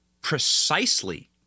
precisely